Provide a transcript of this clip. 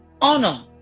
Honor